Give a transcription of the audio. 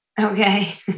Okay